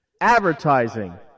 advertising